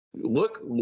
look